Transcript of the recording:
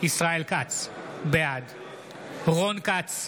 ישראל כץ, בעד רון כץ,